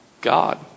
God